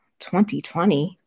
2020